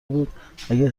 بود، اگه